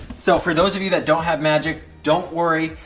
so, for those of you that don't have magic, don't worry.